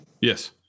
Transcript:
Yes